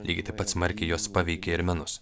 lygiai taip pat smarkiai juos paveikė ir menus